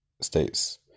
states